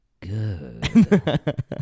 Good